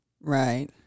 right